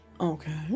okay